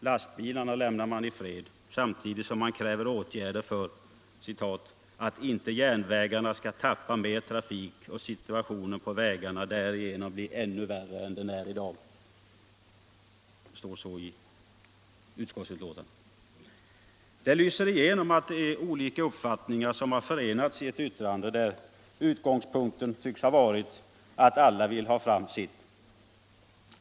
Lastbilarna lämnar man i fred, samtidigt som man kräver åtgärder ”för att inte järnvägarna skall tappa mer trafik och situationen på vägarna därigenom bli ännu värre än den är i dag”, som det står i utskottsbetänkandet. Det lyser igenom att olika uppfattningar har förenats i ett yttrande, där utgångspunkten tycks ha varit att alla vill ha fram sitt.